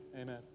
Amen